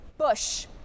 bush